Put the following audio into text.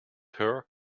her